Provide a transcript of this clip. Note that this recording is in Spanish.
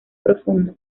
profundo